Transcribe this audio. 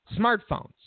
smartphones